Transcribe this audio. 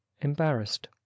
embarrassed